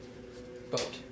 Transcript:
Boat